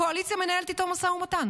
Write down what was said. הקואליציה מנהלת איתו משא ומתן